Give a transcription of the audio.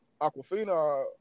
Aquafina